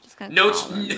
Notes